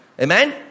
Amen